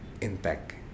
intact